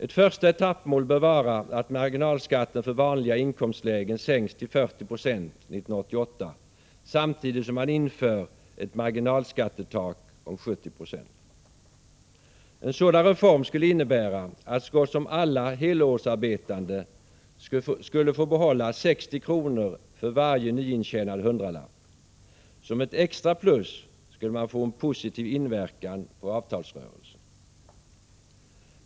Ett första etappmål bör vara att marginalskatten för vanliga inkomstlägen sänks till 40 90 år 1988, samtidigt som man inför ett marginalskattetak om 70 90. En sådan reform skulle innebära att så gott som alla helårsarbetande skulle få behålla 60 kr. av varje nyintjänad hundralapp. Som ett extra plus skulle man få en positiv inverkan på avtalsrörelsen.